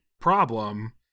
problem